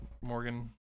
Morgan